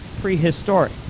prehistoric